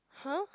(huh)